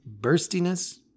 burstiness